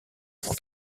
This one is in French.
pour